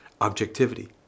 Objectivity